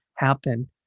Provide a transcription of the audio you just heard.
Happen